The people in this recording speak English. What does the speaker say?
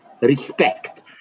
respect